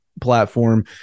platform